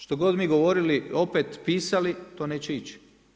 Što god mi govorili, opet pisali, to neće ići.